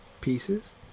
pieces